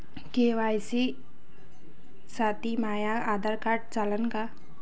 KYC साठी माह्य Aadhaar card चालन का?